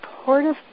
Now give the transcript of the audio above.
supportive